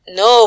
no